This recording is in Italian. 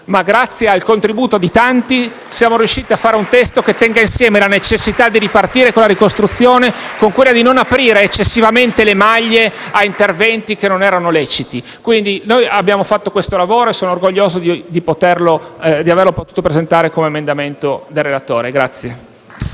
ma grazie al contributo di tanti siamo riusciti a predisporre un testo che tenga insieme la necessità di ripartire con la ricostruzione con quella di non aprire eccessivamente le maglie a interventi che non erano leciti. *(Applausi dai Gruppi M5S e L-SP).* Noi abbiamo fatto questo lavoro e sono orgoglioso di averlo potuto presentare come emendamento del relatore.